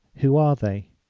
who are they?